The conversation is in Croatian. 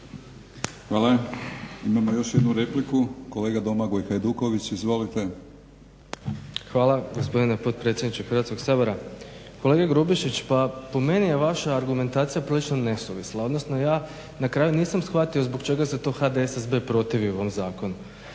Hvala. Imamo još jednu repliku, kolega Domagoj Hajduković. Izvolite. **Hajduković, Domagoj (SDP)** Hvala lijepo gospodine potpredsjedniče Hrvatskog sabora. Kolega Grubišić pa po meni je vaša argumentacija prilično nesuvisla odnosno ja na kraju nisam shvatio zbog čega se HDSSB protivi ovom zakonu